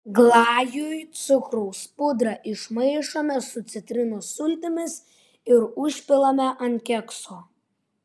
glajui cukraus pudrą išmaišome su citrinos sultimis ir užpilame ant kekso